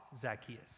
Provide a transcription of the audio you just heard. Zacchaeus